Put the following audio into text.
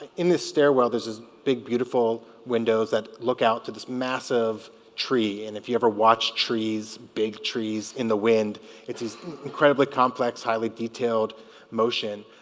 in this stairwell there's big beautiful windows that look out to this massive tree and if you ever watch trees big trees in the wind it's his incredibly complex highly detailed motion